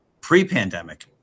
pre-pandemic